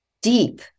deep